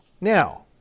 Now